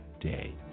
day